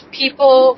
people